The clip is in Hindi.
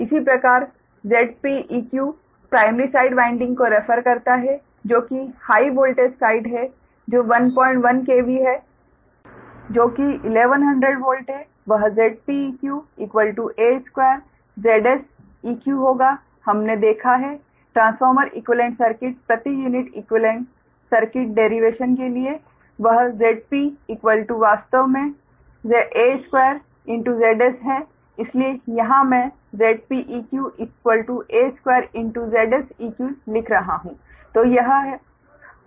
इसी प्रकार Zpeq प्राइमरी साइड वाइंडिंग को रेफर करता है जो कि हाइ वोल्टेज साइड है जो 11 KV है जो कि 1100 वोल्ट है वह Zpeq a2Zseq होगा हमने अभी देखा है ट्रांसफॉर्मर इक्वीवेलेंट सर्किट प्रति यूनिट इक्वीवेलेंट सर्किट डेरिवेशन के लिए वह Zp वास्तव में a2 Zs है इसलिए यहां मैं Zpeq a2 Zseq लिख रहा हूं